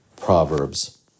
Proverbs